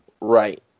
Right